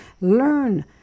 Learn